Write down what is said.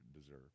deserve